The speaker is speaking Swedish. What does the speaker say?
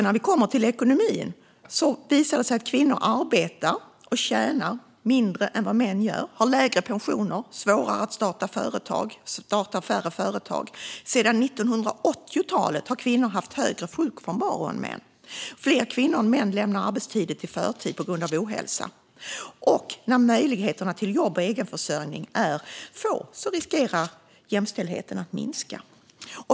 När vi kommer till ekonomin visar det sig att kvinnor arbetar och tjänar mindre än vad män gör, får lägre pensioner, har svårare att starta företag och startar färre företag. Sedan 1980-talet har kvinnor haft högre sjukfrånvaro än män. Fler kvinnor än män lämnar arbetslivet i förtid på grund av ohälsa. När möjligheterna till jobb och egenförsörjning är få riskerar jämställdheten att minska.